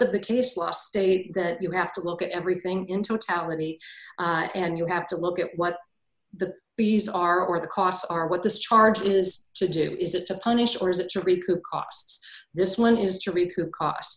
of the case law states that you have to look at everything in totality and you have to look at what the bees are or the costs are what this charge is to do is it to punish or is it to recoup costs this one is to recoup cos